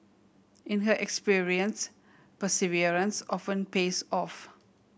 in her experience perseverance often pays off